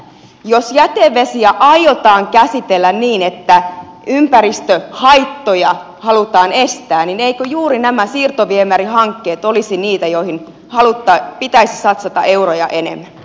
jos jätevesiä aiotaan käsitellä niin että ympäristöhaittoja halutaan estää niin eivätkö juuri nämä siirtoviemärihankkeet olisi niitä joihin pitäisi satsata euroja enemmän